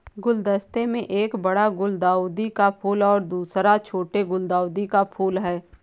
गुलदस्ते में एक बड़ा गुलदाउदी का फूल और दूसरा छोटा गुलदाउदी का फूल है